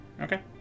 Okay